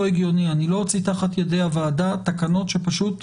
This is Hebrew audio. הגיוני אני לא אוציא תחת ידי הוועדה תקנות שפשוט